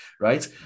right